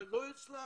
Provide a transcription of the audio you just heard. אבל לא הצלחתי,